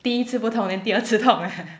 第一次不痛 then 第二次痛 ah